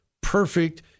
perfect